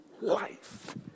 life